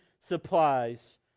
supplies